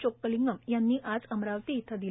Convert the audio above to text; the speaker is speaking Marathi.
चोक्कलिंगम यांनी आज अमरावती येथे दिले